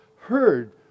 heard